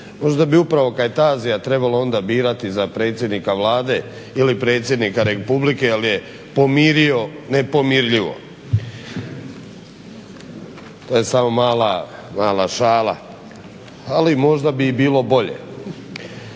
Možda bi upravo Kajtazija trebalo onda birati za predsjednika Vlade ili predsjednika Republike jer je pomirio nepomirljivo. To je samo mala šala, ali možda bi i bilo bolje.